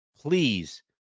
Please